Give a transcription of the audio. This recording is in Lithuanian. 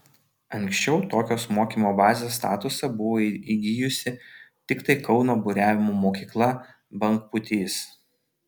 anksčiau tokios mokymo bazės statusą buvo įgijusi tiktai kauno buriavimo mokykla bangpūtys